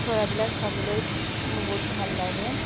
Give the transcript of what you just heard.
তৰাবিলাক চাবলৈ বহুত ভাল লাগে